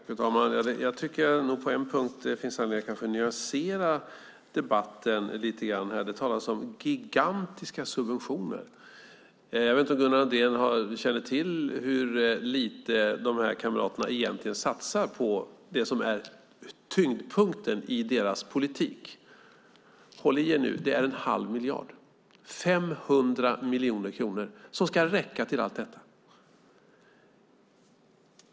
Fru talman! Jag tycker nog att det på en punkt finns anledning att nyansera debatten lite grann. Det talas om gigantiska subventioner. Jag vet inte om Gunnar Andrén känner till hur lite de här kamraterna satsar på det som är tyngdpunkten i deras politik. Håll i er nu: Det är en halv miljard, 500 miljoner kronor, som ska räcka till allt detta.